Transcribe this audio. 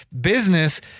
business